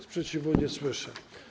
Sprzeciwu nie słyszę.